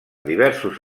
diversos